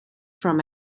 from